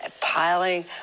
piling